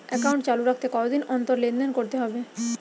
Account চালু রাখতে কতদিন অন্তর লেনদেন করতে হবে?